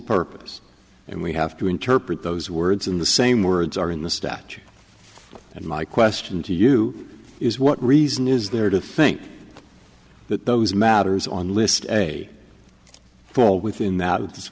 purpose and we have to interpret those words in the same words are in the statute and my question to you is what reason is there to think that those matters on the list as a fall within that